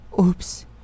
Oops